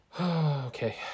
Okay